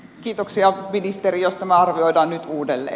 kiitoksia ministeri jos tämä arvioidaan nyt uudelleen